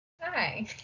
Hi